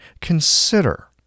consider